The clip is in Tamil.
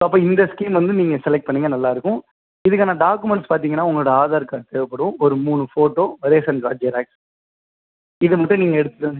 ஸோ அப்போ இந்த ஸ்கீம் வந்து நீங்கள் செலக்ட் பண்ணிங்கனால் நல்லாயிருக்கும் இதுக்கான டாக்குமெண்ட்ஸ் பார்த்தீங்கனா உங்களோடய ஆதார் கார்டு தேவைப்படும் ஒரு மூணு ஃபோட்டோ ரேஷன் கார்ட் ஜெராக்ஸ் இது மட்டும் நீங்கள் எடுத்துகிட்டு வந்து